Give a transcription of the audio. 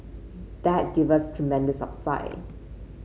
that give us tremendous upside